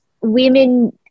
women